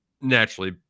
naturally